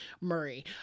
Murray